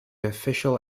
official